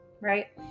right